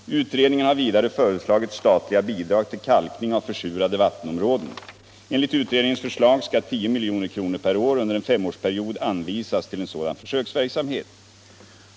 Utredningen har vidare föreslagit statliga bidrag till kalkning av försurade vattenområden. Enligt utredningens förslag skall 10 milj.kr. per år under en femårsperiod anvisas till en sådan försöksverksamhet.